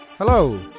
Hello